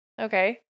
Okay